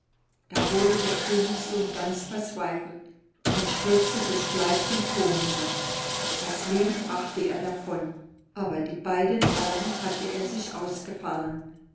da wurde der königssohn ganz verzweifelnd und stürzte sich gleich den thurm hinab das leben brachte er davon aber die beiden augen hatte er sich ausgefallen